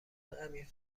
عمیق